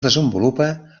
desenvolupa